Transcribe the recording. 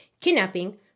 kidnapping